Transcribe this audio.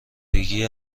ریگی